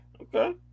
okay